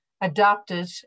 adopted